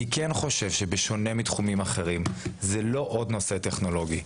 אני כן חושב שבשונה מתחומים אחרים זה לא עוד נושא טכנולוגי,